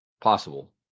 possible